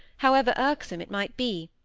however irksome it might be.